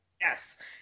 Yes